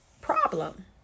problem